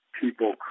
people